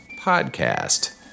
Podcast